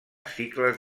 cicles